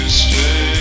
stay